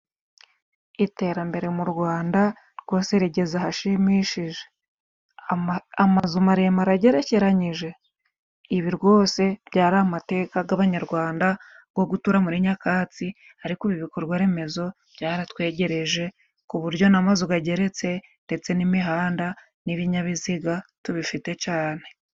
Iterambere mu Rwanda rwose rigeze ahashimishije, amazu maremare agerekeranyije, ibi rwose byari amateka g'abanyarwanda go gutura muri nyakatsi, ariko ubu ibikorwa remezo byaratwegereje, ku buryo n'amazu gageretse ndetse n'imihanda n'ibinyabiziga tubifite cane.